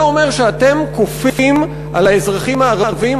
זה אומר שאתם כופים על האזרחים הערבים,